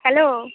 hello